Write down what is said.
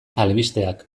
albisteak